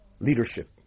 leadership